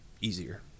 easier